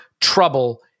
trouble